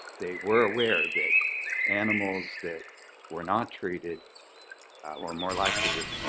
they were aware that animals that were not treated were more likely to